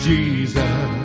Jesus